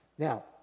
Now